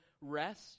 rest